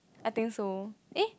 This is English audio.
I think so eh